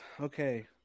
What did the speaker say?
Okay